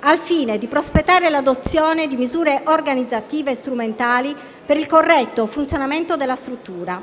al fine di prospettare l'adozione di misure organizzative e strumentali per il corretto funzionamento della struttura.